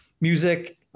music